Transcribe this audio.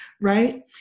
right